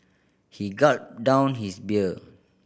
he gulped down his beer